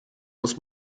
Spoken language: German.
muss